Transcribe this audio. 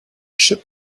chip